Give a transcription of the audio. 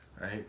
Right